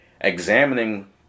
examining